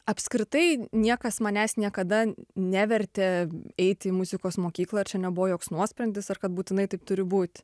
apskritai niekas manęs niekada nevertė eiti į muzikos mokyklą ir čia nebuvo joks nuosprendis ar kad būtinai taip turi būti